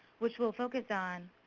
which will focus on